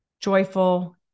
joyful